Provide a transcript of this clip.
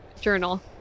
journal